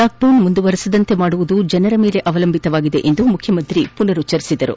lockdown ಮುಂದುವರೆಸದಂತೆ ಮಾಡುವುದು ಜನರ ಮೇಲೆ ಅವಲಂಬಿತವಾಗಿದೆ ಎಂದು ಮುಖ್ಯಮಂತ್ರಿ ಪುನರ್ ಉಚ್ಚರಿಸಿದ್ದಾರೆ